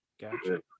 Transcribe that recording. Gotcha